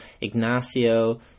Ignacio